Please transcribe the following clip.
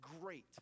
great